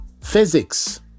physics